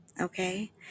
okay